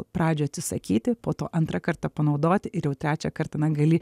pradžių atsisakyti po to antrą kartą panaudoti ir jau trečią kartą na gali